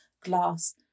glass